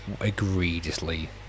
egregiously